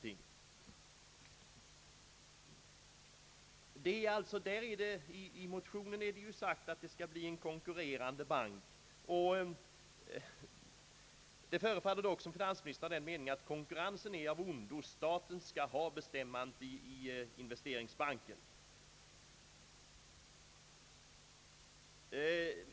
I motionen är det ju föreslaget att det skall bli en konkurrerande bank. Det förefaller dock som om finansministern har den uppfattningen att konkurrensen är av ondo. Staten skall ha bestämmanderätten i investeringsbanken.